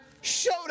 showed